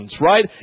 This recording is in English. right